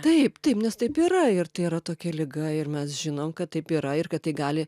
taip taip nes taip yra ir tai yra tokia liga ir mes žinom kad taip yra ir kad tai gali